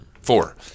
four